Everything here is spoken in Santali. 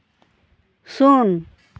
ᱥᱩᱱ